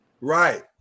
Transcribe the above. Right